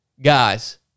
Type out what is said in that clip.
guys